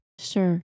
Sure